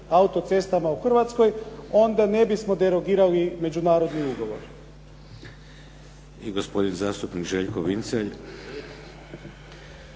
autocestama u Hrvatskoj, onda ne bismo derogirali međunarodni ugovor. **Šeks, Vladimir (HDZ)** I gospodin zastupnik Željko Vincelj.